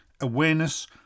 awareness